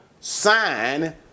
sign